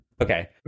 Okay